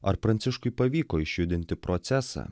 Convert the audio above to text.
ar pranciškui pavyko išjudinti procesą